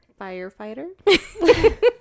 Firefighter